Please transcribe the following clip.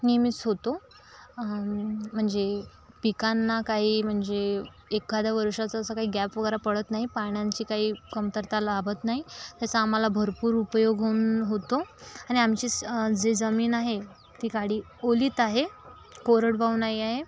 नेहमीच होतो म्हणजे पिकांना काही म्हणजे एखाद्या वर्षाचा असा काही गॅप वरा पडत नाही पाण्याची काही कमतरता लाभत नाही याचा आम्हाला भरपूर उपयोग होऊन होतो आणि आमची श जे जमीन आहे ती काळी ओलीत आहे कोरडवाहू नाही आहे